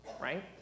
right